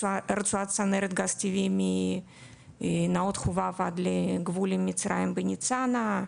רצועת צנרת גז צבעי מנאות חובב עד לגבול עם מצריים בניצנה,